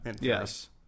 Yes